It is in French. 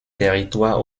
territoires